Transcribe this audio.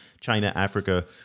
China-Africa